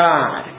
God